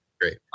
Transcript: Great